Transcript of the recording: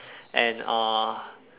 and uh